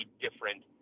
different